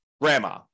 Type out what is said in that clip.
grandma